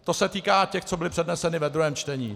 To se týče těch, co byly předneseny ve druhém čtení.